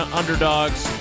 underdogs